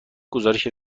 گزارش